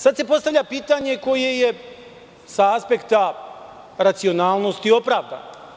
Sada se postavlja pitanje koje je sa aspekta racionalnosti opravdano.